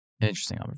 Interesting